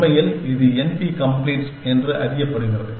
உண்மையில் இது NP completes என்று அறியப்படுகிறது